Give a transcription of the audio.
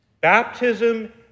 baptism